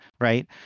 right